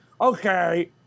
okay